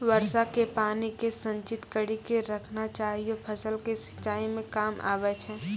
वर्षा के पानी के संचित कड़ी के रखना चाहियौ फ़सल के सिंचाई मे काम आबै छै?